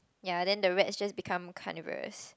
ya then the rats just become carnivorous